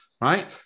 right